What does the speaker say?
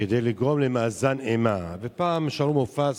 כדי לגרום למאזן אימה, ופעם על-ידי שאול מופז